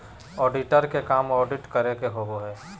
auditor के काम audit करे के होबो हइ